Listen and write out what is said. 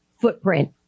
footprint